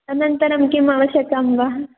अनन्तरं किम् आवश्यकं वा